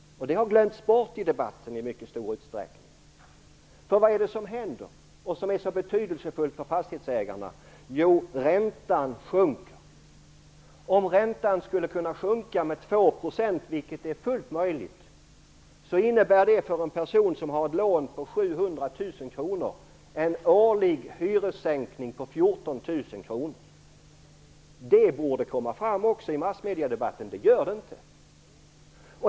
Den har glömts bort i debatten i mycket stor utsträckning. Vad är det som händer, och som är så betydelsefullt för fastighetsägarna? Jo, räntan sjunker. Om räntan skulle sjunka med 2 %, vilket är fullt möjligt, innebär det för en person som har ett lån på 700 000 kr en årlig hyressänkning på 14 000 kr. Det borde också komma fram i debatten i massmedierna, men det gör det inte.